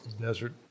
Desert